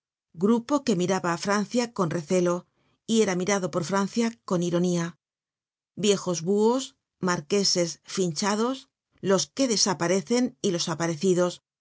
grupo que miraba á francia con recelo y era mirado por francia con ironía viejos buhos marqueses fin'chados los que desaparecen y los aparecidos